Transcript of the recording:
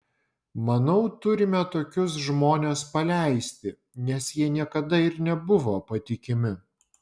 manau turime tokius žmones paleisti nes jie niekada ir nebuvo patikimi